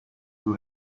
who